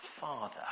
father